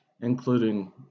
including